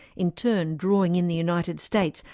in turn drawing in the united states,